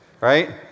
right